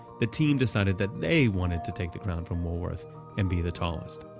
the team decided that they wanted to take the ground from woolworth and be the tallest.